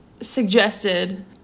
suggested